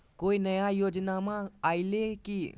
कोइ नया योजनामा आइले की?